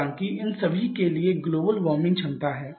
हालाँकि इन सभी के लिए ग्लोबल वार्मिंग क्षमता है